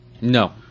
No